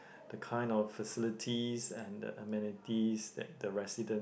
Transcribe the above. the kind of facilities and the amenities that the resident